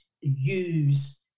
use